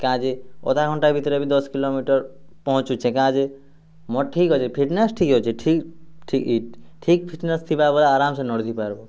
କାଏଁ ଯେ ଅଧା ଘଣ୍ଟା ଭିତ୍ରେ ଏବେ ଦଶ୍ କିଲୋମିଟର୍ ପହଁଞ୍ଚୁଛେଁ କାଁ'ଯେ ମୋର୍ ଠିକ୍ ଅଛେ ଫିଟନେସ୍ ଠିକ୍ ଅଛେ ଠିକ୍ ଠିକ୍ ଫିଟନେସ୍ ଥିବା ବେଲେ ଆରାମ୍ ସେ ନର୍ଦି ପାର୍ବ